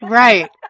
right